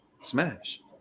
smash